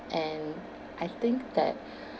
and I think that